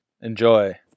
Enjoy